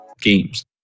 ...games